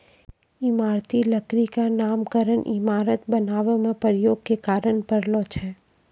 इमारती लकड़ी क नामकरन इमारत बनावै म प्रयोग के कारन परलो छै